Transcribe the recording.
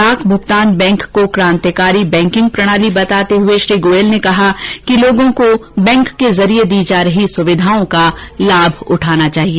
डाक भुगतान बैंक को क्रांतिकारी बैंकिंग प्रणाली बताते हुए श्री गोयल ने कहा कि लोगों को बैंक के जरिए दी जा रही सुविधाओं का लाभ उठाना चाहिए